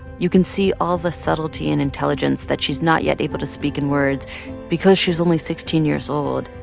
you can see all the subtlety and intelligence that she's not yet able to speak in words because she's only sixteen years old.